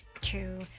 two